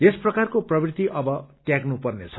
यस प्रकारको प्रवृत्ति अब त्याग्नु पर्नेछ